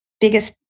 biggest